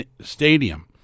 stadium